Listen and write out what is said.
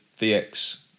VX